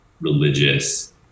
religious